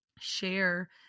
share